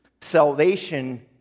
Salvation